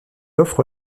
offre